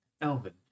elvin